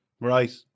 Right